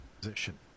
position